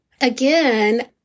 Again